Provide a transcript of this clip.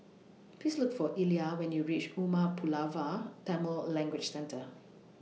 Please Look For Ilah when YOU REACH Umar Pulavar Tamil Language Centre